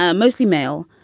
ah mostly male.